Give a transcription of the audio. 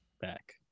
back